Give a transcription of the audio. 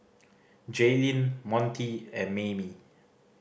Jaylynn Montie and Maymie